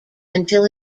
until